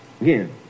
Again